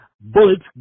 bullets